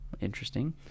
Interesting